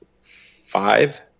five